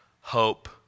hope